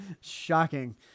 Shocking